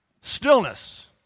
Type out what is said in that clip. Stillness